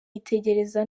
yitegereza